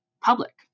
public